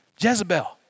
Jezebel